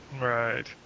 right